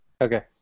Okay